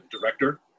director